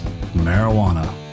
marijuana